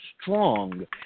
strong